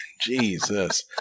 Jesus